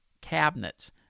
cabinets